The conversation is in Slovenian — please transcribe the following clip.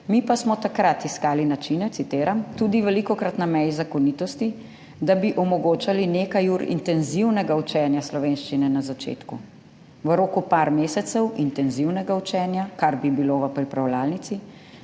»Mi pa smo takrat iskali načine,« citiram, »tudi velikokrat na meji zakonitosti, da bi omogočali nekaj ur intenzivnega učenja slovenščine na začetku. V roku par mesecev,« intenzivnega učenja, kar bi bilo v pripravljalnici,